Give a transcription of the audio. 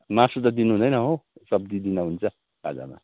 मासु त दिनुहुँदैन हो सब्जी दिँदा हुन्छ खाजामा